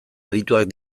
adituak